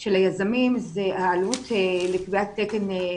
של היזמים זה העלות לקביעת תקן.